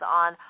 on